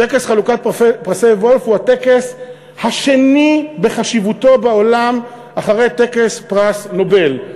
טקס חלוקת פרסי וולף הוא הטקס השני בחשיבותו בעולם אחרי טקס פרס נובל.